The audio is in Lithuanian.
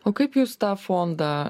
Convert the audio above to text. o kaip jūs tą fondą